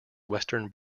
western